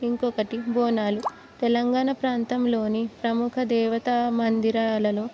ఇంకొకటి బోనాలు తెలంగాణ ప్రాంతంలోని ప్రముఖ దేవతా మందిరాలలో